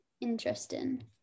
interesting